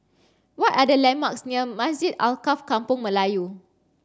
what are the landmarks near Masjid Alkaff Kampung Melayu